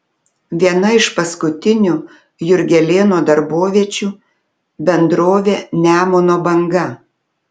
viena iš paskutinių jurgelėno darboviečių bendrovė nemuno banga